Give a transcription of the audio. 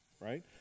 right